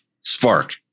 spark